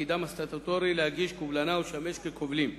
בתפקידם הסטטוטורי להגיש קובלנה ולשמש כקובלים.